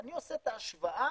ואני עושה את ההשוואה